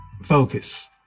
focus